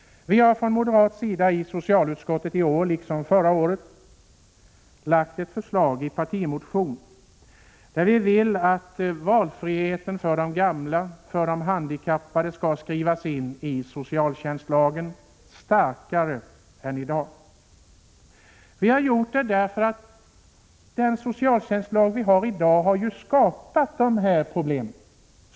Vi har från moderat sida i socialutskottet i år liksom förra året lagt fram ett förslag i en partimotion, där vi begär att valfriheten för de gamla och handikappade skall skrivas in i socialtjänstlagen och betonas starkare än i dag. Vi har gjort det därför att den socialtjänstlag vi har i dag har skapat dessa problem.